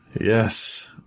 Yes